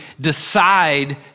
decide